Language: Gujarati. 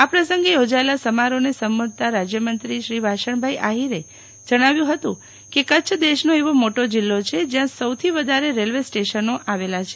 આ પ્રસંગે થોજાયેલા સમારોહને સંબોધતાં રાજયમંત્રી શ્રી વાસણભાઈ આહિરે જણાવ્યું હતું કે કચ્છ દેશનો એવો મોટો જિલ્લો છે જયાં સૌથી વધારે રેલ્વે સ્ટેશનો આવેલા છે